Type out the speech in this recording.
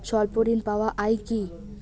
স্বল্প ঋণ পাওয়া য়ায় কি?